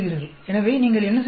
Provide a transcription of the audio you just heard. எனவே நீங்கள் என்ன செய்கிறீர்கள்